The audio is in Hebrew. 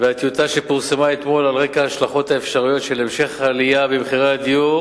הטיוטה פורסמה על רקע ההשלכות האפשרויות של המשך העלייה במחירי הדיור